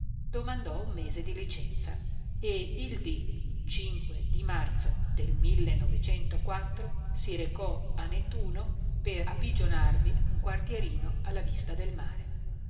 domandò un mese di licenza e il dì di marzo del si recò a nettuno per appigionarvi un quartierino alla vista del mare